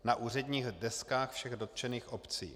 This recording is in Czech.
, na úředních deskách všech dotčených obcí.